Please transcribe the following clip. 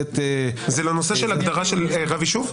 זה לנושא של הגדרה של רב יישוב?